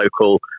local